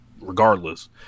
regardless